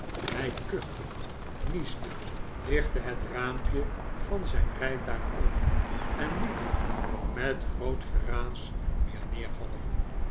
hij kuchte niesde lichtte het raampje van zijn rijtuig op en liet het met groot geraas weer neervallen